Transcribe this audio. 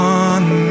one